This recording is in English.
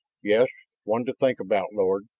yes, one to think about, lord.